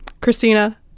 Christina